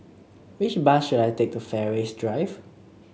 which bus should I take to Fairways Drive